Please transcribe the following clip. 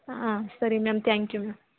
ಹಾಂ ಸರಿ ma'am thank you ma'am